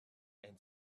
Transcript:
and